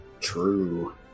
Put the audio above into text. True